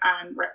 on